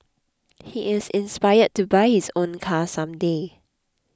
he is inspired to buy his own car some day